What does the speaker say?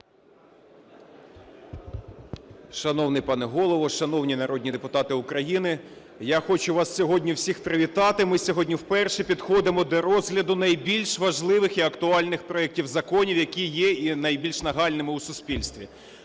Шановний пане Голово, шановні народні депутати України, я хочу вас сьогодні всіх привітати, ми сьогодні вперше підходимо до розгляду найбільш важливих і актуальних проектів законів, які є і найбільш нагальними у суспільстві.